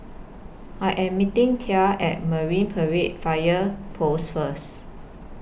I Am meeting Thad At Marine Parade Fire Post First